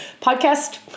podcast